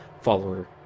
follower